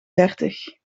dertig